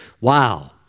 Wow